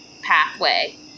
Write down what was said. pathway